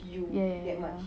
ya ya ya ya